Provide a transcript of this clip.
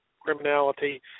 criminality